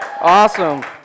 Awesome